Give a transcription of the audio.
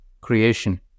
creation